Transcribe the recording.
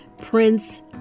Prince